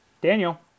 Daniel